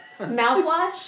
Mouthwash